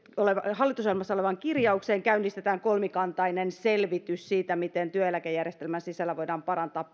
hallitusohjelmassa olevaan kirjaukseen käynnistetään kolmikantainen selvitys siitä miten työeläkejärjestelmän sisällä voidaan parantaa